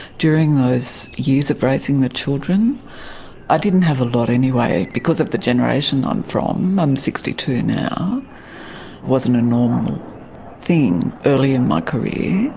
during those years of raising the children i didn't have a lot anyway. because of the generation i'm from, i'm sixty two now, it wasn't a normal thing early in my career,